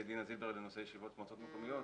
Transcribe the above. דינה זילבר לנושא ישיבות מועצות מקומיות,